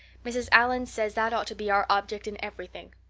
mrs. allan says that ought to be our object in everything.